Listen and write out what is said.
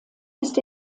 ist